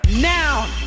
now